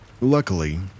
luckily